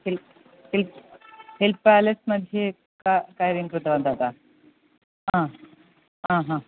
hill hill hill palace मध्ये किं कार्यं कृतवन्तः हा हा हा